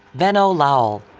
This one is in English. venno laul.